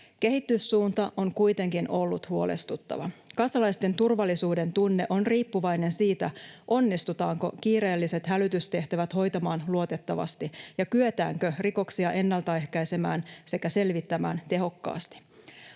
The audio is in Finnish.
Kehityssuunta on kuitenkin ollut huolestuttava. Kansalaisten turvallisuudentunne on riippuvainen siitä, onnistutaanko kiireelliset hälytystehtävät hoitamaan luotettavasti ja kyetäänkö rikoksia ennaltaehkäisemään sekä selvittämään tehokkaasti.